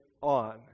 on